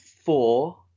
four